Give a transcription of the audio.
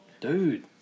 Dude